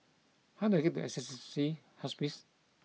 how do I get to Assisi Hospice